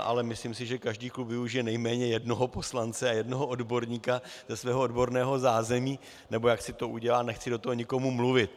Ale myslím si, že každý klub využije nejméně jednoho poslance a jednoho odborníka ze svého odborného zázemí, nebo jak si to udělá, nechci do toho nikomu mluvit,